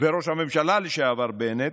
וראש הממשלה לשעבר בנט,